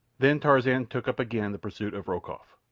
then tarzan took up again the pursuit of rokoff.